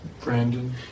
Brandon